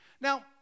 Now